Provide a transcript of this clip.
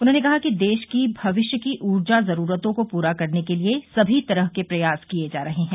उन्होंने कहा कि देश की भविष्य की ऊर्जा जरूरतों को पूरा करने के लिए सभी तरह के प्रयास किए जा रहे हैं